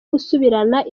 gusubirana